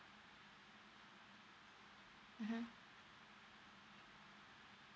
mmhmm